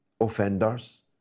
offenders